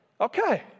Okay